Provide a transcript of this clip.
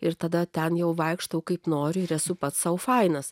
ir tada ten jau vaikštau kaip noriu ir esu pats sau fainas